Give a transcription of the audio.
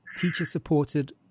teacher-supported